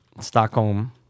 Stockholm